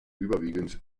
überwiegend